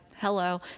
hello